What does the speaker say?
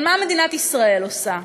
אבל מה מדינת ישראל עושה?